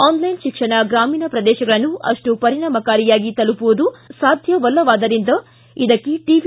online ಶಿಕ್ಷಣ ಗ್ರಾಮೀಣ ಪ್ರದೇಶಗಳನ್ನು ಅಷ್ಟು ಪರಿಣಾಮಕಾರಿಯಾಗಿ ತಲುಪುವುದು ಸಾಧ್ತವಲ್ಲವಾದ್ದರಿಂದ ಇದಕ್ಕೆ ಟಿ